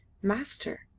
master,